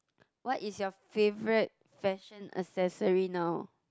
what is your favorite fashion accessory now